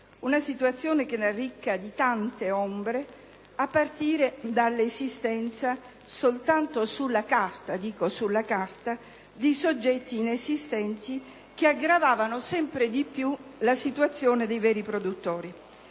Una situazione che era ricca di tante ombre, a partire dall'esistenza soltanto sulla carta - sottolineo, sulla carta - di soggetti inesistenti che aggravavano sempre di più la situazione dei veri produttori.